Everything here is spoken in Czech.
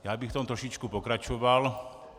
Já bych v tom trošičku pokračoval.